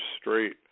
straight